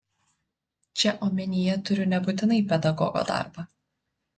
čia omenyje turiu nebūtinai pedagogo darbą